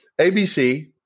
ABC